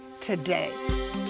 today